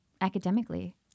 academically